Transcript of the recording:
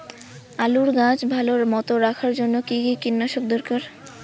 আলুর গাছ ভালো মতো রাখার জন্য কী কী কীটনাশক দরকার?